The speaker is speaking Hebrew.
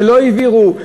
ולא העבירו,